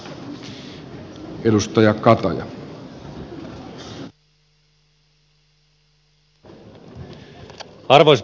arvoisa puhemies